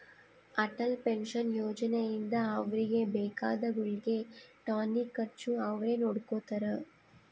Atal pension ಯೋಜನೆ ಇಂದ ಅವ್ರಿಗೆ ಬೇಕಾದ ಗುಳ್ಗೆ ಟಾನಿಕ್ ಖರ್ಚು ಅವ್ರೆ ನೊಡ್ಕೊತಾರ